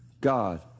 God